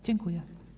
Dziękuję.